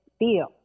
Deal